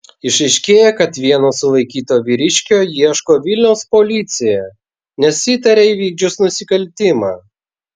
išaiškėjo kad vieno sulaikyto vyriškio ieško vilniaus policija nes įtaria įvykdžius nusikaltimą